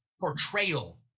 portrayal